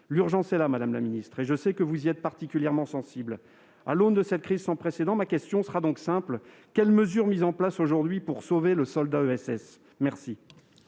L'urgence est là, madame la secrétaire d'État, et je sais que vous y êtes particulièrement sensible. À l'aune de cette crise sans précédent, ma question sera donc simple : quelles mesures ont été mises en place pour sauver le soldat ESS ? La